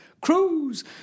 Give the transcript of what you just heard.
Cruz